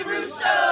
Russo